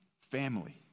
family